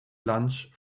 lunch